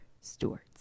stewards